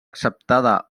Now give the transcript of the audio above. acceptada